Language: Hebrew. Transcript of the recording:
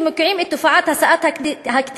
ומוקיעים את תופעת השאת הקטינות,